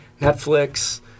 Netflix